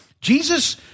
Jesus